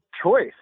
choice